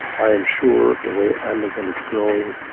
i am sure the way amazon is growing,